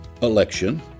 election